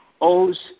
owes –